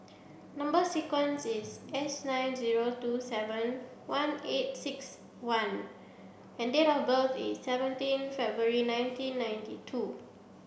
number sequence is S nine zero two seven one eight six one and date of birth is seventeen February nineteen ninety two